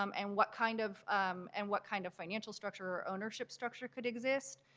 um and what kind of and what kind of financial structure ownership structure could exist.